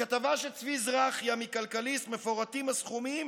בכתבה של צבי זרחיה בכלכליסט מפורטים הסכומים